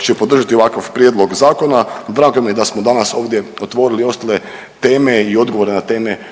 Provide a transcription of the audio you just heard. će podržati ovakav prijedlog zakona. Drago mi je da smo danas ovdje otvorili ostale teme i odgovore na teme